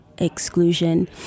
Exclusion